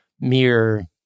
mere